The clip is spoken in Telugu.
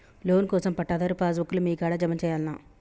లోన్ కోసం పట్టాదారు పాస్ బుక్కు లు మీ కాడా జమ చేయల్నా?